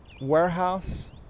warehouse